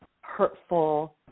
hurtful